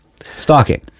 stalking